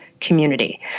community